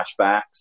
flashbacks